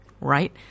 right